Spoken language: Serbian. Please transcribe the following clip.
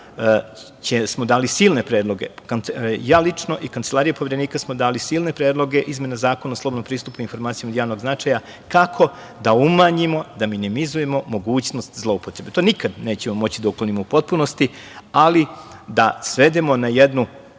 smo dali silne predloge, ja lično i kancelarija Poverenika smo dali silne predloge. Izmena Zakona o slobodnom pristupu informacija od javnog značaja, kako da umanjimo, da minimizujemo mogućnost zloupotrebe. To nikada nećemo moći da uklonimo u potpunosti, ali da svedemo na jednu,